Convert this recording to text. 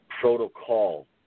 protocol